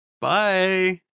Bye